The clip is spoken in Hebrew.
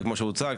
וכמו שהוצג,